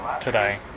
today